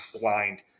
blind